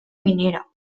minera